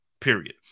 period